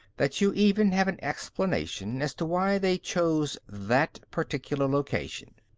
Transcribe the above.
that you even have an explanation as to why they chose that particular location.